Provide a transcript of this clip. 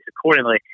accordingly